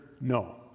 no